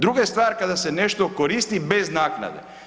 Druga je stvar kada se nešto koristi bez naknade.